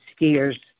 skiers